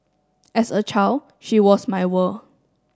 as a child she was my world